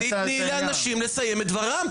תתני לאנשים לסיים את דבריהם.